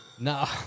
No